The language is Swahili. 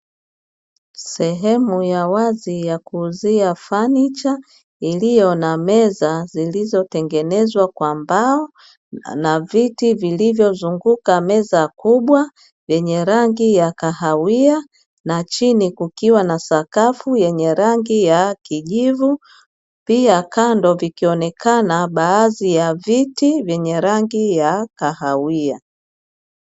Sehemu ya wazi ya kuuzia fanicha iliyo na meza zilizotengenezwa kwa mbao, na viti vilivyozunguka meza kubwa vyenye rangi ya kahawia, na chini kukiwa na sakafu yenye rangi ya kijivu. Pia, kando vikionekana baadhi ya viti vyenye rangi ya kahawia.